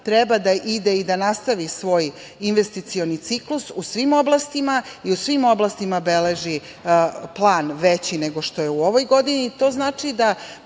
treba da ide i da nastavi svoj investicioni ciklus u svim oblastima i u svim oblastima beleži plan veći nego što je u ovoj godini. To znači da